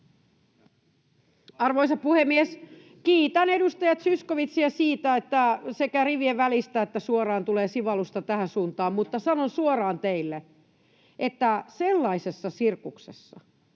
Arvoisa puhemies! Kiitän edustaja Zyskowiczia siitä, että sekä rivien välistä että suoraan tulee sivallusta tähän suuntaan, mutta sanon suoraan teille, että sellaisessa sirkuksessa,